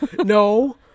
No